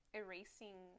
erasing